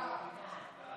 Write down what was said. ההצעה